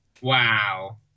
Wow